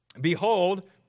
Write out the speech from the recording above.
behold